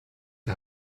der